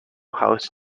house